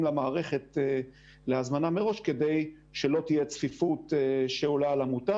למערכת להזמנה מראש כדי שלא תהיה צפיפות שעולה על המותר.